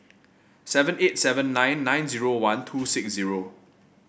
seven eight seven nine nine zero one two six zero